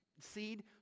seed